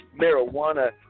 Marijuana